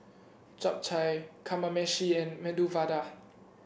Japchae Kamameshi and Medu Vada